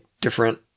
different